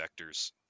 vectors